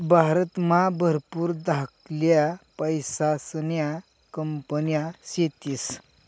भारतमा भरपूर धाकल्या पैसासन्या कंपन्या शेतीस